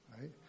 right